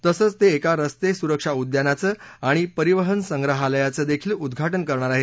तसंच ते एका रस्ते सुरक्षा उद्यानाचं आणि परिवहन संग्रहालयाचं देखील उद्दाटन करणार आहेत